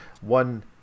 one